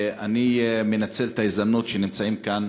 אני מנצל את ההזדמנות שנמצאים כאן